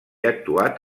actuat